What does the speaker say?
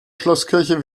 schlosskirche